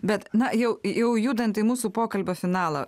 bet na jau jau judant į mūsų pokalbio finalą